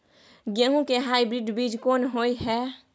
गेहूं के हाइब्रिड बीज कोन होय है?